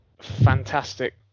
fantastic